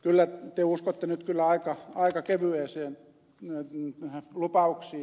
kyllä te uskotte nyt aika kevyisiin lupauksiin